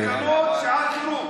תקנות שעת חירום.